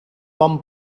bon